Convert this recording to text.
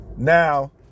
Now